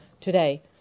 today